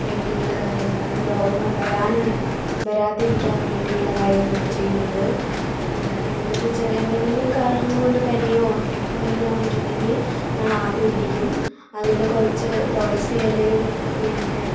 വേണ്ടിയുള്ള കാര്യങ്ങളൊക്കെ രോഗങ്ങൾ വരാൻ വരാതിരിക്കാൻ വേണ്ടിയുള്ള കാര്യങ്ങളൊക്കെ ചെയ്യുന്നത് പിന്നെ ഒരു ചെറിയ എന്തെങ്കിലും കാരണങ്ങൾ കൊണ്ട് പനിയോ എന്തെങ്കിലും വന്നിട്ടുണ്ടെങ്കിൽ ഞങ്ങൾ ആവി പിടിക്കും അതിൽ കുറച്ച് തുളസിയിലയും പിന്നെ